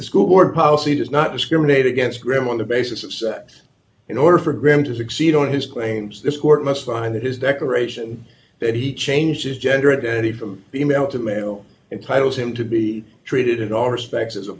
the school board policy does not discriminate against graeme on the basis of sex in order for graham to succeed on his claims this court must find his declaration that he changed his gender identity from the male to male entitles him to be treated in all respects as a